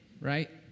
right